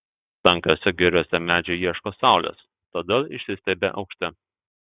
tankiose giriose medžiai ieško saulės todėl išsistiebia aukšti